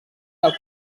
del